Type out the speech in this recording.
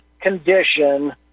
condition